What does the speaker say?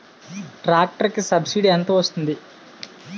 Tractor కి subsidy ఎంత వస్తుంది?